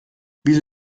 wieso